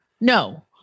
no